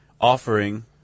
offering